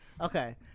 Okay